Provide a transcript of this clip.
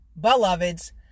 beloveds